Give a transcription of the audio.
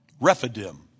Rephidim